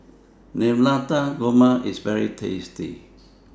Navratan Korma IS very tasty